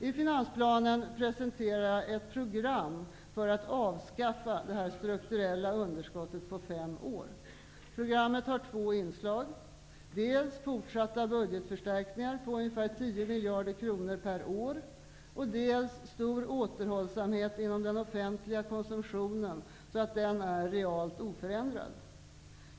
I finansplanen presenteras ett program för att avskaffa det strukturella underskottet på fem år. Programmet har två inslag, dels fortsatta budgetförstärkningar på ungefär 10 miljarder kronor per år, dels stor återhållsamhet inom den offentliga konsumtionen, så att den är realt oförändrad.